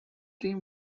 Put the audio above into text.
team